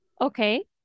Okay